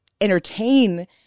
entertain